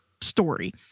story